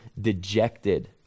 dejected